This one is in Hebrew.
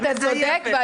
אתה צודק.